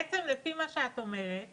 לפי מה שאת אומרת